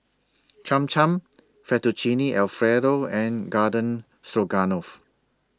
Cham Cham Fettuccine Alfredo and Garden Stroganoff